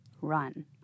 run